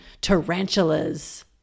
tarantulas